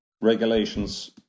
regulations